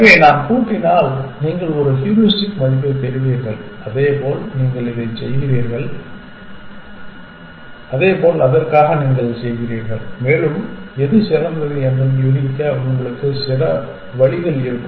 எனவே நாம் கூட்டினால் நீங்கள் ஒரு ஹூரிஸ்டிக் மதிப்பைப் பெறுவீர்கள் அதேபோல் நீங்கள் இதைச் செய்கிறீர்கள் அதேபோல் அதற்காக நீங்கள் செய்கிறீர்கள் மேலும் எது சிறந்தது என்று யூகிக்க உங்களுக்கு சில வழிகள் இருக்கும்